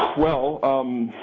well um.